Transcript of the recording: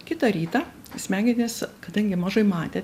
kitą rytą smegenys kadangi mažai matė